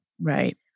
right